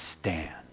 stand